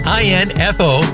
info